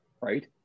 right